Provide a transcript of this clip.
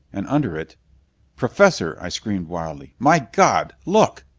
and under it professor! i screamed wildly. my god! look!